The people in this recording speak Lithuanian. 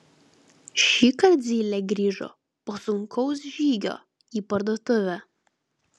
šįkart zylė grįžo po sunkaus žygio į parduotuvę